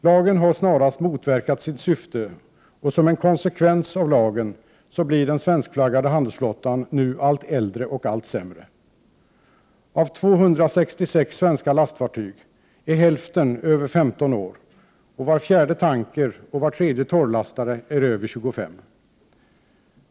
Lagen har snarast motverkat sitt syfte, och som en konsekvens av lagen blir den svenskflaggade handelsflottan nu allt äldre och allt sämre. Av 266 svenska lastfartyg är hälften över 15 år, och var fjärde tanker och var tredje torrlastare är över 25.